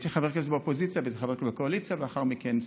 הייתי חבר כנסת באופוזיציה והייתי חבר כנסת בקואליציה ולאחר מכן שר.